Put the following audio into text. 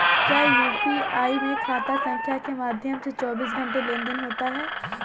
क्या यू.पी.आई में खाता संख्या के माध्यम से चौबीस घंटे लेनदन होता है?